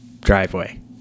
driveway